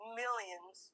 millions